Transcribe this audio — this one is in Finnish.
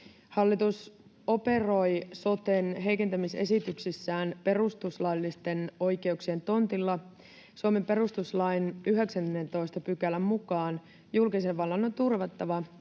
Hallitus operoi soten heikentämisesityksissään perustuslaillisten oikeuksien tontilla. Suomen perustuslain 19 §:n mukaan julkisen vallan on turvattava,